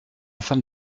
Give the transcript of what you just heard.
femme